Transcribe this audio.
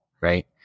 right